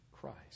Christ